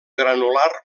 granular